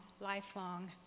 lifelong